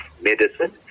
medicine